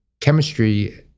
chemistry